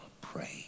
pray